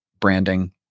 branding